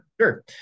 sure